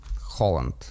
Holland